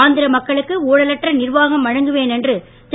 ஆந்திர மக்களுக்கு ஊழலற்ற நிர்வாகம் வழங்குவேன் என்று திரு